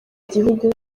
igihugu